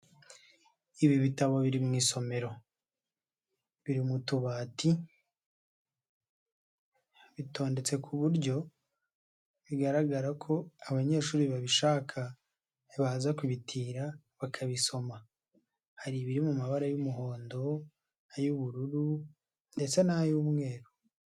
Ibi bitabo biri mu isomero biri mu tubati bitondetse ku buryo bigaragara ko abanyeshuri babishaka baza kubitira bakabisoma. Hari ibiri mu mabara y'umuhondo, ay'ubururu ndetse n'ay'umweru.